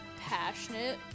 passionate